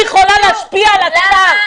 היא יכול להשפיע על הכלל.